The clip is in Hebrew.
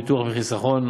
ביטוח וחיסכון,